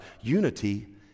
Unity